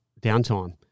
downtime